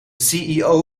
ceo